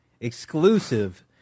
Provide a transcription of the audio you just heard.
Exclusive